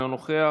אינו נוכח,